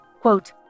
Quote